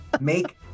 make